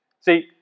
See